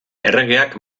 erregeak